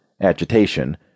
agitation